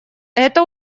это